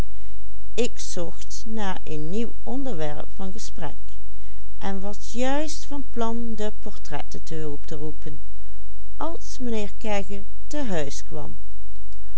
en was juist van plan de portretten te hulp te roepen als mijnheer kegge te huis kwam